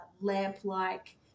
lamp-like